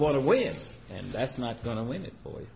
want to win and that's not going to win it